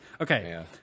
Okay